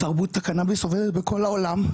תרבות הקנאביס עובדת בכל העולם,